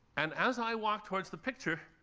and as i walked towards the picture,